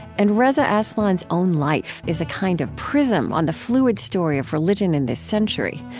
and reza aslan's own life is a kind of prism on the fluid story of religion in this century.